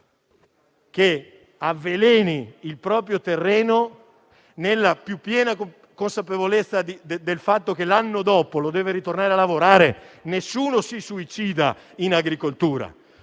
che avveleni il proprio terreno nella piena consapevolezza del fatto che l'anno dopo deve tornare a lavorarlo: nessuno si suicida in agricoltura.